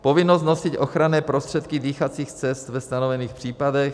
povinnost nosit ochranné prostředky dýchacích cest ve stanovených případech,